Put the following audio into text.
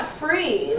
free